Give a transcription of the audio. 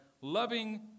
loving